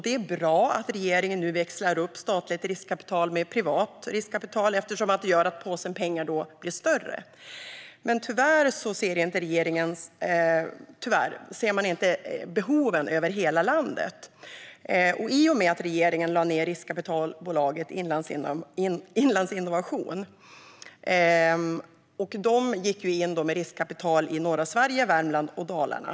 Det är bra att regeringen nu växlar upp statligt riskkapital med privat riskkapital, eftersom detta gör att påsen med pengar blir större. Tyvärr ser regeringen dock inte behoven över hela landet. Regeringen lade ned riskkapitalbolaget Inlandsinnovation, som gick in med riskkapital i norra Sverige, Värmland och Dalarna.